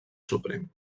suprem